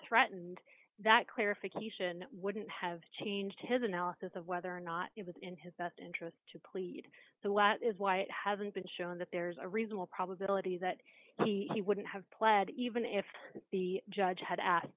threatened that clarification wouldn't have changed his analysis of whether or not it was in his best interest to plead the way that is why it hasn't been shown that there's a reasonable probability that he wouldn't have pled even if the judge had asked